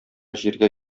җиргә